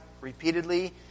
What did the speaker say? repeatedly